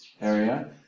area